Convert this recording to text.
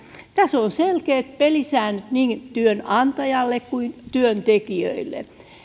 tässä on selkeät pelisäännöt niin työnantajalle kuin työntekijöille